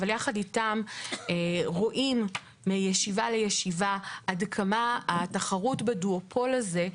אנחנו רואים מישיבה לישיבה עד כמה התחרות בדואופול הזה,